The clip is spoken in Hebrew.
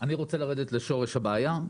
אני רוצה לרדת לשורש הבעיה.